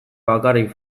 bakarrik